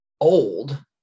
old